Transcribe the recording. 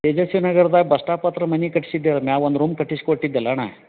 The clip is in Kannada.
ತೇಜಸ್ವಿ ನಗರ್ದಾಗ ಬಸ್ ಸ್ಟಾಪ್ ಹತ್ರ ಮನೆ ಕಟ್ಸಿದ್ದೇವೆ ಮ್ಯಾಗೆ ಒಂದು ರೂಮ್ ಕಟ್ಟಿಸ್ ಕೊಟ್ಟಿದ್ಯಲ್ಲ ಅಣ್ಣ